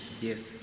Yes